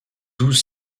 douze